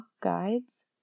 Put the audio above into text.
guides